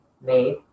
made